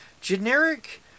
generic